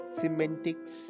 Semantics